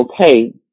okay